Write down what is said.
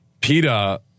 PETA